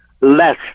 less